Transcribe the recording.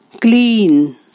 clean